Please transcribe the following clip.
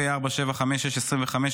פ/4756/25,